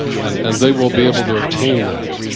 and and they will be able to obtain that.